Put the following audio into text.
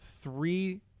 three